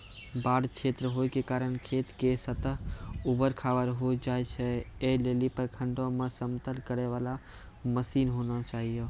बाढ़ क्षेत्र होय के कारण खेत के सतह ऊबड़ खाबड़ होय जाए छैय, ऐ लेली प्रखंडों मे समतल करे वाला मसीन होना चाहिए?